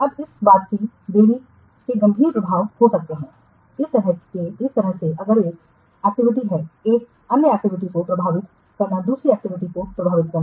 अब इन बाद की देरी के गंभीर प्रभाव हो सकते हैं इस तरह से अगर एक एक्टिविटी है एक अन्य एक्टिविटी को प्रभावित करना दूसरी एक्टिविटी को प्रभावित करना